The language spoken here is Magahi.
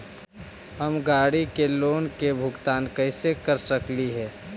हम गाड़ी के लोन के भुगतान कैसे कर सकली हे?